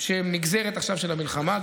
שהם נגזרת עכשיו של המלחמה.